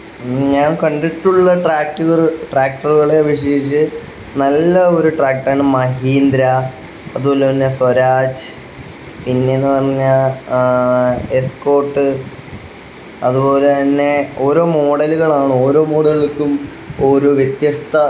എൻ്റെ വീടിന് അടുത്ത് നല്ല ഒരു കൂടുതൽ ഗവൺമെൻ്റ് ഹൈ സ്കൂൾ ഉണ്ട് അവിടത്തെ നല്ല നല്ല ഒരു സ്കൂളാണ് അതായത് പഴയകാല ഓർമ്മകൾ സമ്മാനിക്കുന്ന ഒരു സ്കൂളാണ് എൻ്റെ സ്കൂള് അതുപോലെ തന്നെ ധാരാളം വൃക്ഷത്തൈകളും നല്ല കുട്ടികളും അത്യാവശ്യം നല്ല അദ്ധ്യാപകരും ഉള്ളൊരു സ്കൂളാണ് അതുപോലെ തന്നെ നല്ല